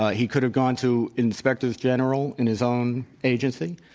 ah he could have gone to inspectors general in his own agency.